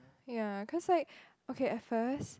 ya cause like okay at first